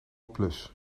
plus